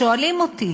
שואלים אותי